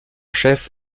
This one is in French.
chef